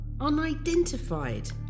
unidentified